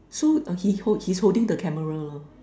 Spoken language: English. so uh he hold he's holding the camera lah